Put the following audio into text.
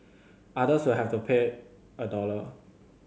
others will have to pay a dollar